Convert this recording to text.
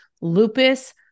lupus